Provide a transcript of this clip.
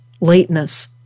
lateness